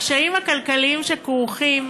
הקשיים הכלכליים הכרוכים